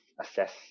assess